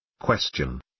Question